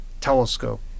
telescope